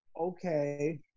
Okay